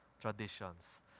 traditions